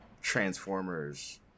Transformers